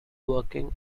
working